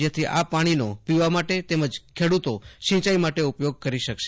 જેથી આ પાણીનો પીવા માટે તેમજ ખેડૂતો સિંચાઇ માટે ઉપયોગ કરી શકશે